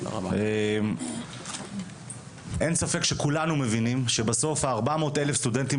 אין ספק שכולנו מבינים שבסוף 400,000 הסטודנטים